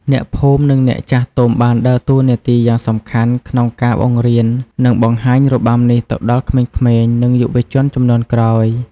អ្នកភូមិ និងអ្នកចាស់ទុំបានដើរតួនាទីយ៉ាងសំខាន់ក្នុងការបង្រៀន និងបង្ហាញរបាំនេះទៅដល់ក្មេងៗ និងយុវជនជំនាន់ក្រោយ។